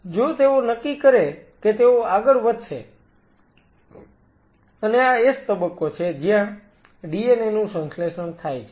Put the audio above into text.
જો તેઓ નક્કી કરે કે તેઓ આગળ વધશે અને આ S તબક્કો છે જ્યાં DNA નું સંશ્લેષણ થાય છે